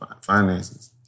finances